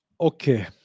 Okay